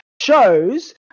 shows